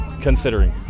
considering